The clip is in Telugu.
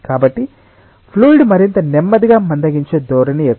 కాబట్టి ఫ్లూయిడ్ మరింత నెమ్మదిగా మందగించే ధోరణి ఎక్కువ